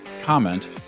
comment